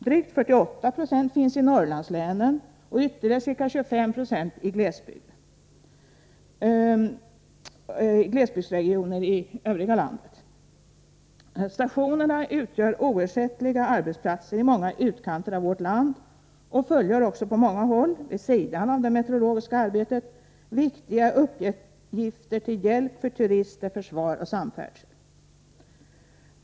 Drygt 48 90 finns i Norrlandslänen och ytterligare ca 25 90 i glesbygdsregioner i övriga landet. Stationerna utgör oersättliga arbetsplatser i många utkanter av vårt land och fullgör också på många håll, vid sidan av det meteorologiska arbetet, viktiga uppgifter till hjälp för turister, försvar och samfärdsel.